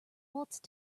waltzed